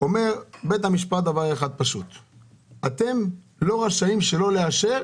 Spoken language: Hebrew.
אומר בית המשפט שאנחנו לא רשאים שלא לאשר